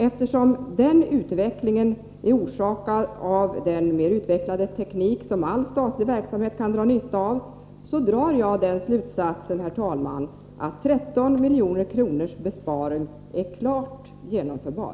Eftersom den utvecklingen är orsakad av den mer utvecklade teknik som all statlig verksamhet kan dra nytta av, drar jag, herr talman, slutsatsen att en besparing på 13 milj.kr. är klart genomförbar.